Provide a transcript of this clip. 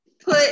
put